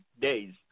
days